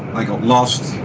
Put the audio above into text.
i got lost,